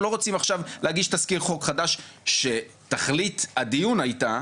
אנחנו לא רוצים עכשיו להגיש תזכיר חוק חדש שתכלית הדיון הייתה